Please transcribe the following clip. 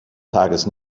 tages